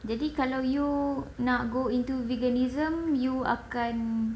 jadi kalau you nak go into veganism you akan